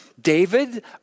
David